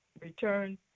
return